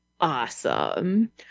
Awesome